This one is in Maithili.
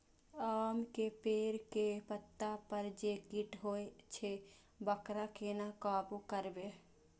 आम के पेड़ के पत्ता पर जे कीट होय छे वकरा केना काबू करबे?